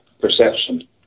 perception